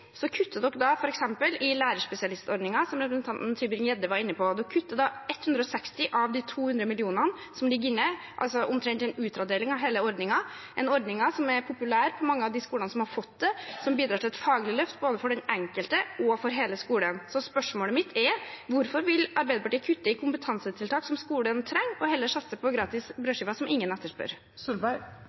kutter man i lærerspesialistordningen, som representanten Tybring-Gjedde var inne på. Man kutter 160 mill. kr av de 200 mill. kr som ligger inne, altså omtrent en utradering av hele ordningen, en ordning som er populær på mange av de skolene som har fått det, som bidrar til et faglig løft både for den enkelte og for hele skolen. Spørsmålet mitt er: Hvorfor vil Arbeiderpartiet kutte i kompetansetiltak som skolen trenger, og heller satse på gratis brødskiver som ingen